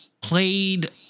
played